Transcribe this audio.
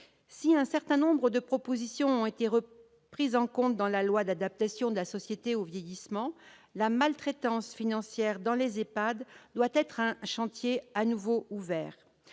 Si un certain nombre de propositions ont été prises en compte dans la loi d'adaptation de la société au vieillissement, la maltraitance financière dans les EHPAD doit être un chantier à nouveau ouvert.